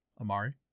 Amari